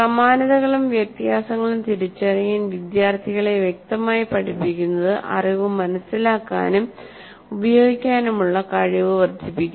സമാനതകളും വ്യത്യാസങ്ങളും തിരിച്ചറിയാൻ വിദ്യാർത്ഥികളെ വ്യക്തമായി പഠിപ്പിക്കുന്നത് അറിവ് മനസിലാക്കാനും ഉപയോഗിക്കാനും ഉള്ള കഴിവ് വർദ്ധിപ്പിക്കുന്നു